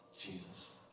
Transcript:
Jesus